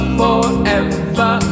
forever